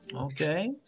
Okay